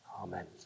Amen